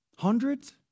Hundreds